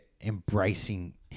embracing